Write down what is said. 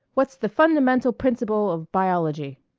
what's the fundamental principle of biology?